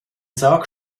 sag